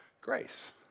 Grace